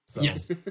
Yes